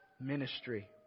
ministry